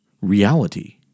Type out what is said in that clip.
reality